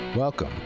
welcome